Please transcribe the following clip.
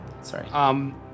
Sorry